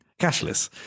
cashless